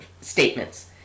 statements